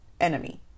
enemy